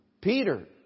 Peter